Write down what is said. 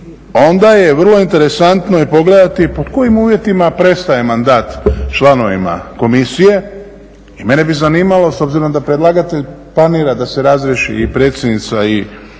onda je vrlo interesantno i pogledati pod kojim uvjetima prestaje mandat članovima Komisije. I mene bi zanimalo s obzirom da predlagatelj planira da se razriješi i predsjednica i zamjenica